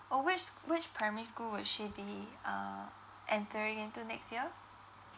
or which which primary school would she be uh entering into next year